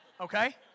Okay